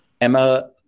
Emma